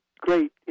great